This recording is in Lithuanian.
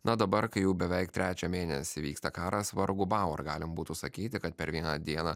na dabar kai jau beveik trečią mėnesį vyksta karas vargu bau ar galim būtų sakyti kad per vieną dieną